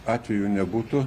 atvejų nebūtų